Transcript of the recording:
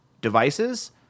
devices